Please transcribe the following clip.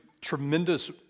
tremendous